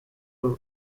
kuri